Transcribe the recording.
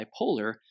bipolar